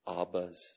Abba's